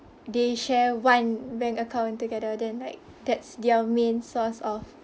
they share one bank account together then like that's their main source of